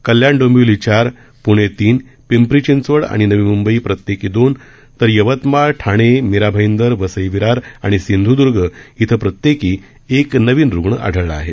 कल्याण डोंबिवली चार पृणे तीन पिंपरी चिंचवड आणि नवी मंंबई प्रत्येकी दोन तर यवतमाळ ठाणे मीरा आईदर वसई विरार आणि सिंध्दर्ग इथं प्रत्येकी एक नवीन रूग्ण आढळला आहे